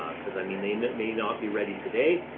um cause i mean, they may not be ready today.